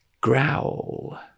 Growl